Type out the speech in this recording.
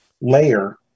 layer